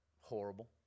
horrible